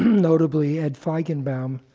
notably ed feigenbaum,